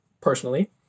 personally